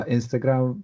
Instagram